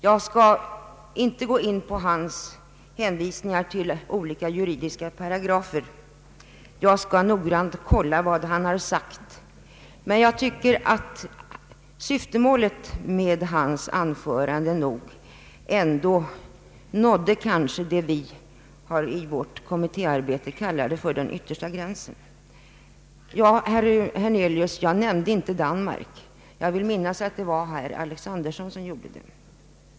Jag skall inte nu gå in på hans hänvisningar till olika juridiska paragrafer; jag skall noggrant kolla vad han sagt. Men jag tycker att syftet med hans anförande ändå nådde vad vi i vårt kommittéarbete har kallat den yttersta gränsen. Jag nämnde inte Danmark, herr Hernelius. Jag vill minnas att det var herr Alexanderson som gjorde det.